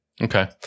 Okay